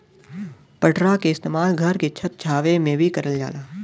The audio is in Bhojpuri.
पटरा के इस्तेमाल घर के छत छावे में भी करल जाला